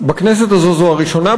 בכנסת הזאת זו הראשונה.